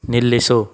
ನಿಲ್ಲಿಸು